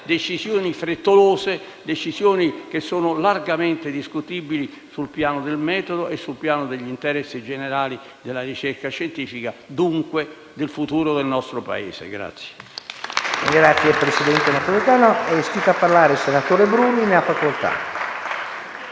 decisioni frettolose che sono largamente discutibili sul piano del metodo e su quello degli interessi generali della ricerca scientifica e dunque del futuro del nostro Paese.